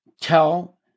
tell